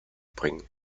bringen